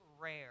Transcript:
rare